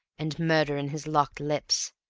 and murder in his locked lips,